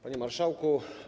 Panie Marszałku!